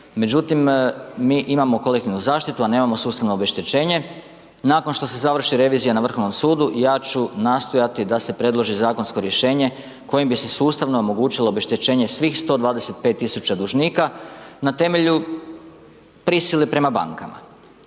međutim mi imamo kolektivnu zaštitu a nemamo sustavno obeštećenje. Nakon što se završi revizija na Vrhovnom sudu, ja ću nastojati da se predloži zakonsko rješenje kojim bi se sustavno omogućilo obeštećenje svih 125 000 dužnika na temelju prisile prema bankama.